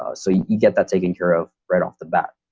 ah so you get that taken care of right off the bat.